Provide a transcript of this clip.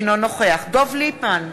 אינו נוכח דב ליפמן,